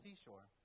seashore